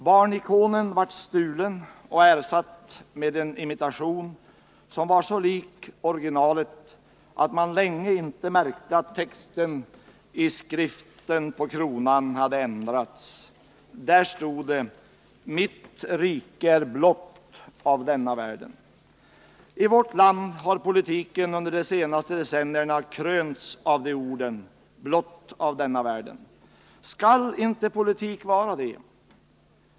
Barnikonen blev stulen och ersatt med en imitation, som var så lik originalet att det dröjde länge innan någon märkte att texten i skriften på kronan hade ändrats. Där stod det nämligen: Mitt rike är blott av denna världen. I vårt land har politiken under de senaste decennierna krönts av just orden blott av denna världen. Skall då politik inte vara det?